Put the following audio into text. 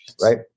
right